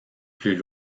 plus